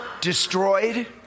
destroyed